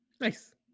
Nice